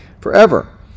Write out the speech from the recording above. forever